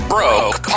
Broke